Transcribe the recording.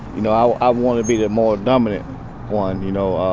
you know i want to be the more dominant one. you know